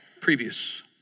previous